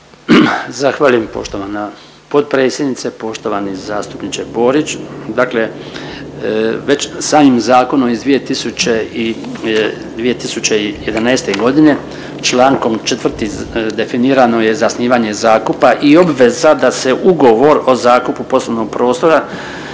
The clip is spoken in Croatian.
Zahvaljujem poštovana potpredsjednice. Poštovani zastupniče Borić dakle već samim zakonom iz 2000. i 2011. godine, čl. 4. definirano je zasnivanje zakupa i obveza da se ugovor o zakupu poslovnog prostora